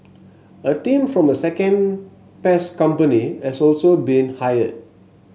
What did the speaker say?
a team from a second pest company has also been hired